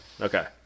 Okay